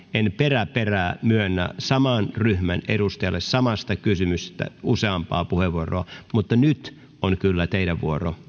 en perä perää myönnä saman ryhmän edustajalle samasta kysymyksestä useampaa puheenvuoroa mutta nyt on kyllä teidän vuoronne